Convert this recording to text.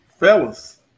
Fellas